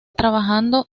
trabajando